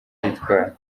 yitwara